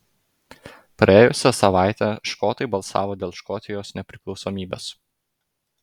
praėjusią savaitę škotai balsavo dėl škotijos nepriklausomybės